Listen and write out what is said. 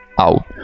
out